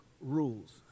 rules